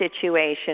situation